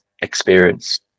experience